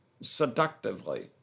seductively